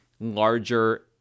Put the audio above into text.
larger